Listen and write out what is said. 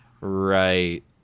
Right